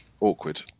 awkward